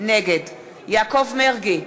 נגד יעקב מרגי,